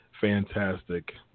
fantastic